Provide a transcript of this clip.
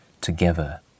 together